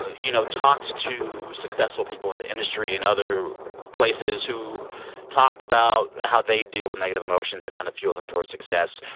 you know, talked to successful people in the industry and other places who talked about how they deal with negative emotion to kind of fuel them towards success.